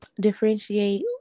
differentiate